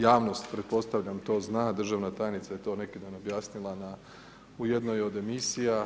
Javnost, pretpostavljam to zna, državna tajnica je to neki dan objasnila u jednoj od emisija.